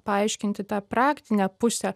paaiškinti tą praktinę pusę